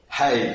hey